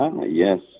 yes